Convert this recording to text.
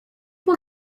will